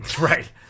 Right